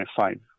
five